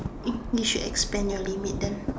you you should expand your limit then